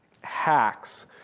hacks